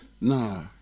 Nah